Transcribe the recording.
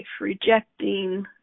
rejecting